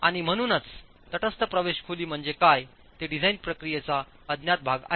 आणि म्हणूनच तटस्थ प्रवेश खोली म्हणजे काय ते डिझाइन प्रक्रियेचा अज्ञात भाग आहे